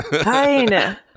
Fine